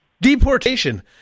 deportation